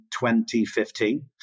2015